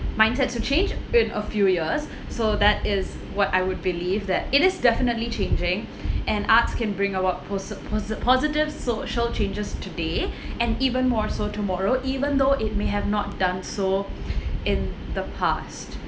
mindsets to change in a few years so that is what I would believe that it is definitely changing and arts can bring about posit~ posit~ positive social changes today and even more so tomorrow even though it may have not done so in the past